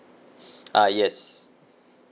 ah yes